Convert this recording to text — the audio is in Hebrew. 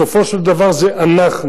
בסופו של דבר זה אנחנו,